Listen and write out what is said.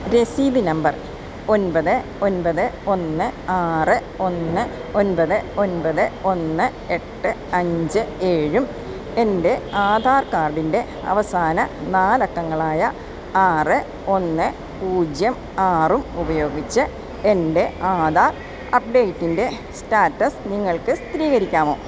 രസീത് നമ്പർ ഒൻപത് ഒൻപത് ഒന്ന് ആറ് ഒന്ന് ഒൻപത് ഒൻപത് ഒന്ന് എട്ട് അഞ്ച് ഏഴും എൻ്റെ ആധാർ കാർഡിൻ്റെ അവസാന നാലക്കങ്ങളായ ആറ് ഒന്ന് പൂജ്യം ആറും ഉപയോഗിച്ച് എൻ്റെ ആധാർ അപ്ഡേറ്റിൻ്റെ സ്റ്റാറ്റസ് നിങ്ങൾക്ക് സ്ഥിരീകരിക്കാമോ